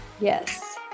Yes